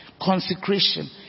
Consecration